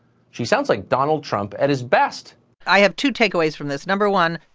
she sounds like donald trump at his best i have two takeaways from this. no. one,